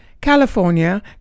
California